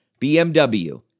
BMW